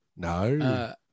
No